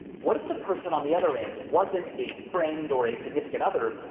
what if the person on the other end wasn't a friend or a significant other,